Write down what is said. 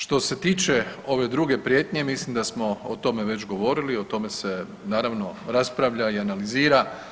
Što se tiče ove druge prijetnje mislim da smo o tome već govorili, o tome se naravno raspravlja i analizira.